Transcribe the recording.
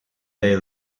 they